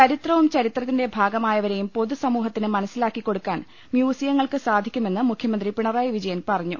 ചരിത്രവും ചരിത്രത്തിന്റെ ഭാഗമായവരെയും പൊതുസമൂഹത്തിന് മനസിലാക്കിക്കൊടുക്കാൻ മ്യൂസിയങ്ങൾക്ക് സാധിക്കുമെന്ന് മുഖ്യമന്ത്രി പിണറായി വിജയൻ പറഞ്ഞു